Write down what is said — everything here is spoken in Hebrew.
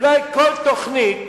אולי כל תוכנית,